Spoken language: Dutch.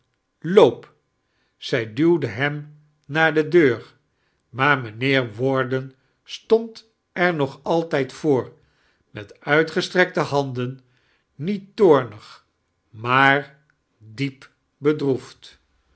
loop zq duwde hem aaar de deux maar mijniheer warden stand er nog altijd voor met uitgesfaekte handen niet toornig maar diep